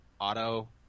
auto